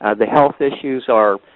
ah the health issues are